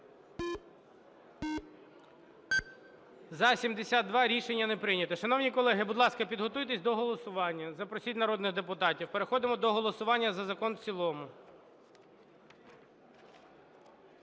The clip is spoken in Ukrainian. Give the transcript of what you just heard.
За-72 Рішення не прийнято. Шановні колеги, будь ласка, підготуйтеся до голосування, запросіть народних депутатів. Переходимо до голосування за закон в цілому.